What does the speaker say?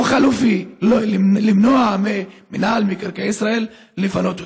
לא חלופי, למנוע ממינהל מקרקעי ישראל לפנות אותם.